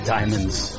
Diamonds